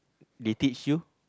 they teach you